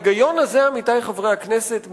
עמיתי חברי הכנסת,